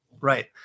right